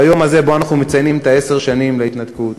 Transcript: ביום הזה שבו אנחנו מציינים עשר שנים להתנתקות: